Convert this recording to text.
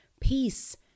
peace